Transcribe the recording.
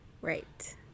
Right